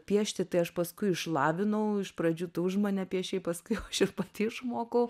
piešti tai aš paskui išlavinau iš pradžių tu už mane piešei paskui jau aš ir pati išmokau